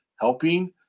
helping